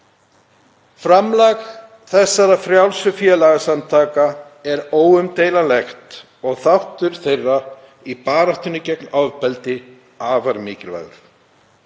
Framlag þessara frjálsu félagasamtaka er óumdeilanlegt og þáttur þeirra í baráttunni gegn ofbeldi afar mikilvægur.